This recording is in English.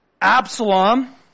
Absalom